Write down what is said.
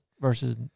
versus